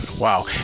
wow